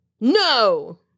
No